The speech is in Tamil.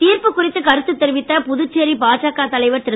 தீர்ப்பு குறித்து கருத்து தெரிவித்த புதுச்சேரி பாஜக தலைவர் திரு